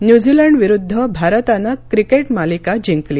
न्युझिलंडविरुद्ध भारतानं क्रिकेट मालिका जिंकली